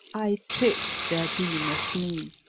i tricks their deme of me,